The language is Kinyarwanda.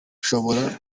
ushobora